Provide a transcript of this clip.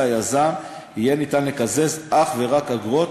היזם יהיה ניתן לקזז אך ורק אגרות,